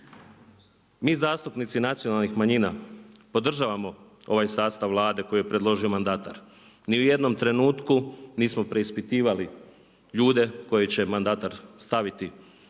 Mi zastupnici nacionalnih manjina podržavamo ovaj sastav Vlade koju je predložio mandatar. Ni u jednom trenutku nismo preispitivali ljude koje će mandatar staviti kao